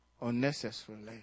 unnecessarily